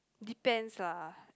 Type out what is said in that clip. depends lah